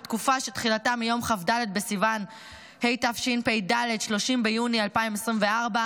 בתקופה שתחילתה מיום כ"ד בסיוון ה'תשפ"ד (30 ביוני 2024),